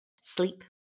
sleep